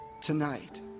tonight